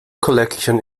collection